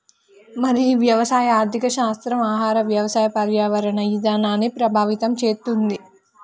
మరి ఈ వ్యవసాయ ఆర్థిక శాస్త్రం ఆహార వ్యవసాయ పర్యావరణ ఇధానాన్ని ప్రభావితం చేతుంది